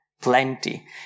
Plenty